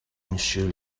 monsieur